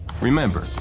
Remember